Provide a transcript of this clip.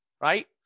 right